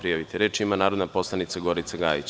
Reč ima narodna poslanica Gorica Gajić.